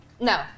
No